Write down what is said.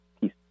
peace